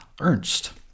Ernst